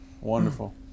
wonderful